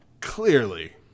clearly